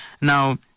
Now